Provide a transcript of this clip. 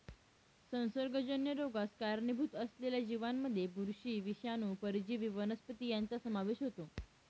संसर्गजन्य रोगास कारणीभूत असलेल्या जीवांमध्ये बुरशी, विषाणू, परजीवी वनस्पती यांचा समावेश होतो